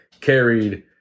carried